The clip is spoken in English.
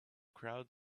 crowd